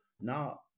Now